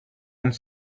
monde